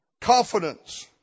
Confidence